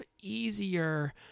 easier